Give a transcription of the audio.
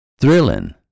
thrilling